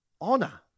honor